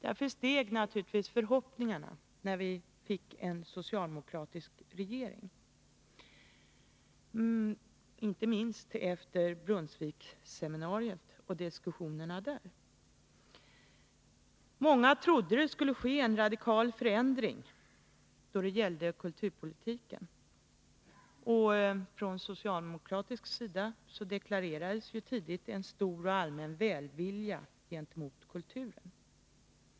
Därför steg naturligtvis förhoppningarna när vi fick en socialdemokratisk regering, inte minst efter Brunnsviksseminariet och diskussionerna där. Många trodde att det skulle ske en radikal förändring då det gällde kulturpolitiken. Från socialdemokratisk sida deklarerades tydligt en stor och allmän välvilja gentemot kulturen.